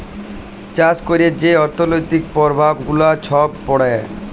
চাষ ক্যইরে যে অথ্থলৈতিক পরভাব গুলা ছব পড়ে